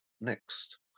next